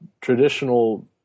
traditional